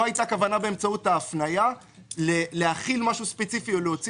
לא הייתה כוונה באמצעות ההפניה להחיל משהו ספציפי או להוציא